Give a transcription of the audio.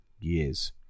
years